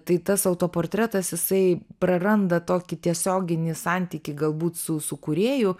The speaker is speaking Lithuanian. tai tas autoportretas jisai praranda tokį tiesioginį santykį galbūt su su kūrėju